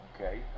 Okay